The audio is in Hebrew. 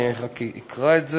אני רק אקרא את זה: